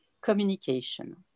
communication